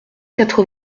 quatre